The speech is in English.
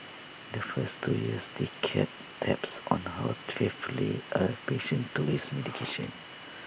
the first two years they kept tabs on how faithfully A patient took his medication